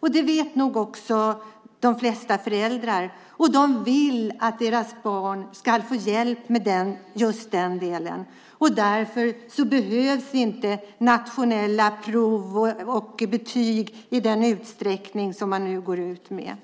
Och det vet nog också de flesta föräldrarna, och de vill att deras barn ska få hjälp med just den delen. Och därför behövs inte nationella prov och betyg i den utsträckning som man nu går ut med.